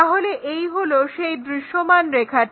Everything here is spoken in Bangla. তাহলে এই হলো সেই দৃশ্যমান রেখাটি